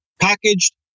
packaged